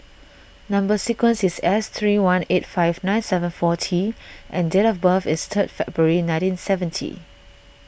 Number Sequence is S three one eight five nine seven four T and date of birth is three February nineteen seventy